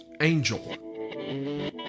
Angel